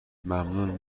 ممنون